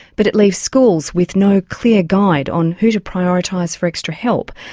but it leaves schools with no clear guide on who to prioritise for extra help.